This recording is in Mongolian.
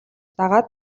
дагаад